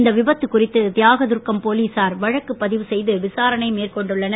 இந்த விபத்து குறித்து தியாகதுருகம் போலீசார் வழக்கு பதிவு செய்து விசாரணை மேற்கொண்டுள்ளனர்